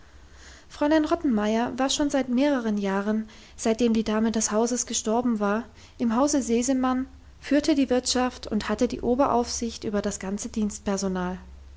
fräulein rottenmeier war schon seit mehreren jahren seitdem die dame des hauses gestorben war im hause sesemann führte die wirtschaft und hatte die oberaufsicht über das ganze